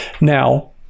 Now